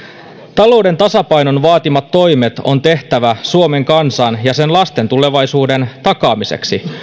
talouden tasapainon vaatimat toimet on tehtävä suomen kansan ja sen lasten tulevaisuuden takaamiseksi